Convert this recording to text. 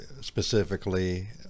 specifically